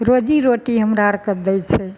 रोजी रोटी हमरा आरके दै छै